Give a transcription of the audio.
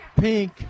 pink